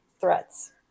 threats